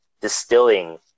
distilling